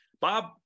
Bob